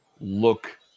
look